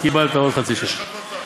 קיבלת עוד חצי שעה,